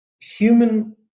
human